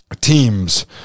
Teams